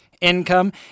Income